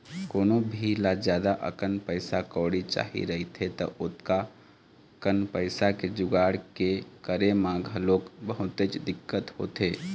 कोनो भी ल जादा अकन पइसा कउड़ी चाही रहिथे त ओतका कन पइसा के जुगाड़ के करे म घलोक बहुतेच दिक्कत होथे